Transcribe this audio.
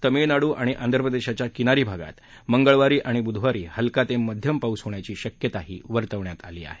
तमिळनाडू आणि आंध्र प्रदेशाच्या किनारी भागात मंगळवारी आणि बुधवारी हलका ते मध्यम पाऊस होण्याची शक्यताही वर्तवण्यात आली आहे